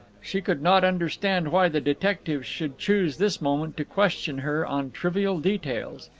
she could not understand why the detective should choose this moment to question her on trivial details.